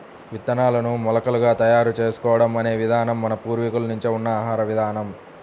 విత్తనాలను మొలకలుగా తయారు చేసుకోవడం అనే విధానం మన పూర్వీకుల నుంచే ఉన్న ఆహార విధానం